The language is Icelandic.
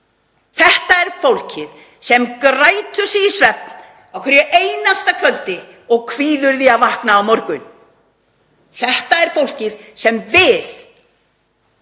Þetta er fólkið sem grætur sig í svefn á hverju einasta kvöldi og kvíðir því að vakna á morgun. Þetta er fólkið sem